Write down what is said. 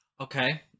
Okay